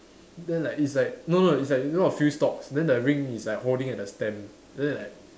then like it's like no no it's like you know a few stalks then the ring is like holding at the stem and then like